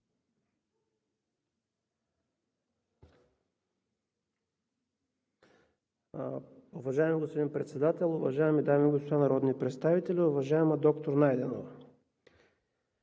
Уважаеми господин Председател, уважаеми дами и господа народни представители! Уважаема доктор Найденова,